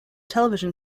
television